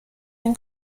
این